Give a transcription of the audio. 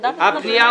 את יודעת איזה רשויות